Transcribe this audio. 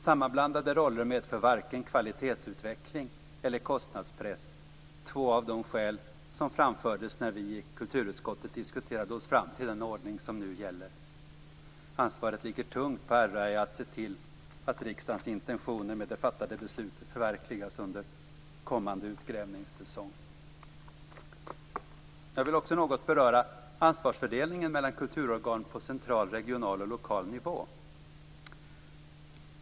Sammanblandade roller medför varken kvalitetsutveckling eller kostnadspress - två av de skäl som framfördes när vi i kulturutskottet diskuterade oss fram till den ordning som nu gäller. Ansvaret ligger tungt på Riksantikvarieämbetet att se till att riksdagens intentioner med det fattade beslutet förverkligas under kommande utgrävningssäsong. Jag vill också något beröra ansvarsfördelningen mellan kulturorgan på central, regional och lokal nivå.